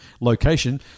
location